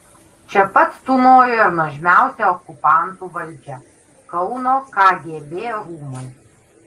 čia pat tūnojo ir nuožmiausia okupantų valdžia kauno kgb rūmai